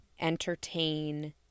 entertain